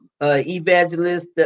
Evangelist